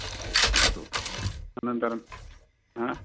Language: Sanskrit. हा अस्तु अनन्तरम् हा